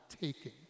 taking